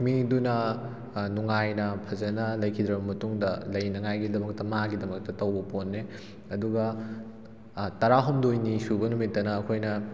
ꯃꯤꯗꯨꯅ ꯅꯨꯡꯉꯥꯏꯅ ꯐꯖꯅ ꯂꯩꯈꯤꯗ꯭ꯔꯕ ꯃꯇꯨꯡꯗ ꯂꯩꯅꯉꯥꯏꯒꯤꯗꯃꯛꯇ ꯃꯥꯒꯤꯗꯃꯛꯇ ꯇꯧꯕ ꯄꯣꯠꯅꯦ ꯑꯗꯨꯒ ꯇꯔꯥ ꯍꯨꯝꯗꯣꯏꯅꯤ ꯁꯨꯕ ꯅꯨꯃꯤꯠꯇꯅ ꯑꯩꯈꯣꯏꯅ